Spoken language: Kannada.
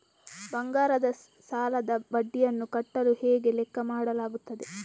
ಬಂಗಾರದ ಸಾಲದ ಬಡ್ಡಿಯನ್ನು ಕಟ್ಟಲು ಹೇಗೆ ಲೆಕ್ಕ ಮಾಡಲಾಗುತ್ತದೆ?